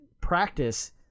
practice